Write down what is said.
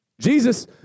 Jesus